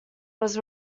was